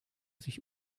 sich